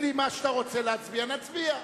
תגיד לי מה שאתה רוצה להצביע, נצביע.